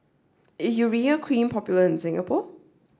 is Urea Cream popular in Singapore